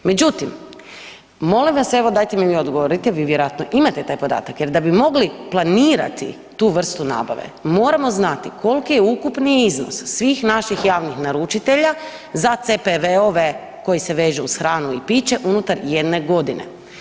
Međutim, molim vas evo dajte mi vi odgovorite vi vjerojatno imate taj podatak jer da bi mogli planirati tu vrstu nabave moramo znati koliki je ukupni iznos svih naših javnih naručitelja za CPV-ove koji se vežu uz hranu i piće unutar jedne godine?